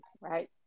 right